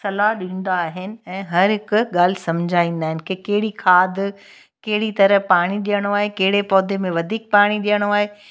सलाहु ॾींदा आहिनि ऐं हरुहिक ॻाल्हि सम्झाईंदा आहिनि मूंखे कहिड़ी खाद कहिड़ी तरह पाणी ॾियणो आहे कहिड़े पौधे में वधीक पाणी ॾियणो आहे